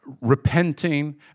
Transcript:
repenting